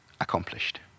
accomplished